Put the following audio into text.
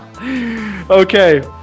Okay